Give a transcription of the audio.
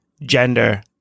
gender